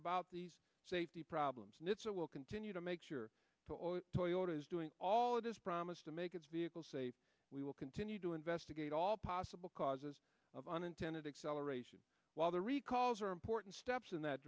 about these safety problems and its will continue to make sure toyota is doing all of this promised to make its vehicle safe we will continue to investigate all possible causes of unintended acceleration while the recalls are important steps in that